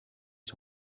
ich